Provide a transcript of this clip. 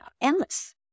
endless